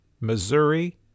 Missouri